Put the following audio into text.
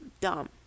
dumb